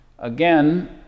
Again